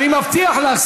אני מבטיח לך,